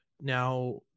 Now